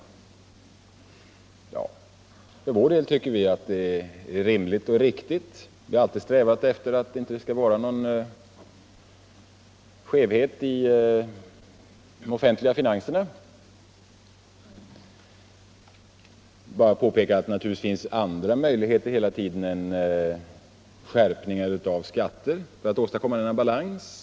Ja, för vår del tycker vi att detta är rimligt och riktigt — vi har alltid strävat efter att det inte skall vara någon skevhet i de offentliga finanserna. Jag vill bara påpeka att det naturligtvis finns andra möjligheter hela tiden än skärpning av skatter för att åstadkomma denna balans.